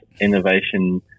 innovation